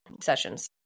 sessions